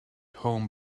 home